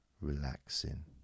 relaxing